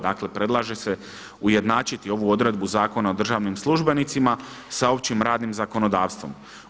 Dakle predlaže se ujednačiti ovu odredbu Zakona o državnim službenicima sa općim radnim zakonodavstvom.